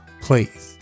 please